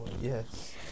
Yes